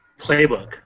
playbook